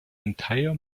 entire